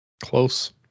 close